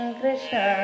krishna